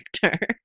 character